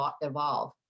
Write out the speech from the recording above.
evolve